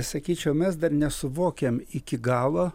sakyčiau mes dar nesuvokiam iki galo